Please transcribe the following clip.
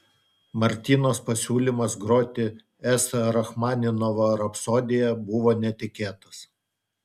martynos pasiūlymas groti s rachmaninovo rapsodiją buvo netikėtas